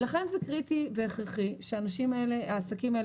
לכן זה קריטי והכרחי שהאנשים האלה והעסקים האלה